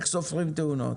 איך סופרים תאונות?